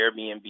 Airbnb